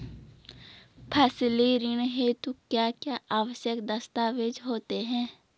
फसली ऋण हेतु क्या क्या आवश्यक दस्तावेज़ होते हैं?